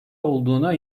olduğuna